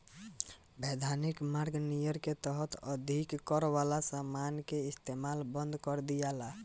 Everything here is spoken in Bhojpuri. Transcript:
वैधानिक मार्ग नियर के तहत अधिक कर वाला समान के इस्तमाल बंद कर दियाला